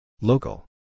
Local